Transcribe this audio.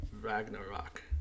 Ragnarok